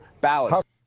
ballots